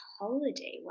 holiday